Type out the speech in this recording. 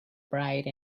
bride